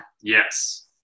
Yes